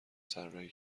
طراحی